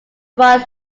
that